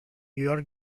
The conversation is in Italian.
york